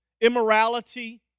immorality